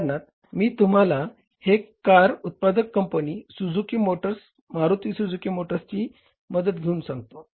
उदाहरणार्थ मी तुम्हाला हे कार उत्पादक company Suzuki Motors Maruti Suzuki मोटर्सची ची मदत घेऊन सांगतो